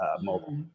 mobile